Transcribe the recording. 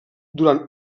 durant